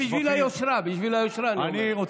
זה בשביל היושרה, בשביל היושרה, אני אומר.